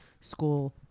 school